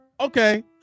Okay